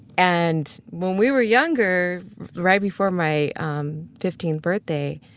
and when we were younger, right before my um fifteenth birthday,